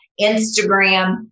Instagram